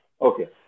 Okay